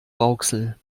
rauxel